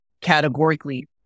categorically